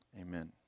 Amen